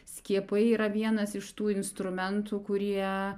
skiepai yra vienas iš tų instrumentų kurie